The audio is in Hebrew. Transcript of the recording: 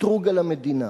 קטרוג על המדינה